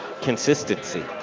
consistency